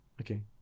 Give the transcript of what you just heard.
okay